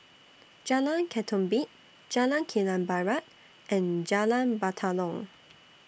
Jalan Ketumbit Jalan Kilang Barat and Jalan Batalong